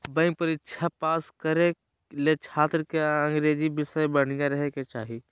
bank परीक्षा pass करे ले छात्र के अंग्रेजी विषय बढ़िया रहे के चाही